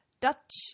Dutch